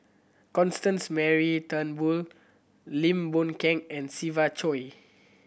Constance Mary Turnbull Lim Boon Keng and Siva Choy